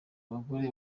abagore